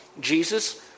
Jesus